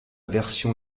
version